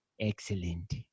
Excellent